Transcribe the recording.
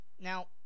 Now